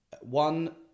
one